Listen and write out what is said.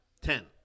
Ten